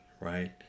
right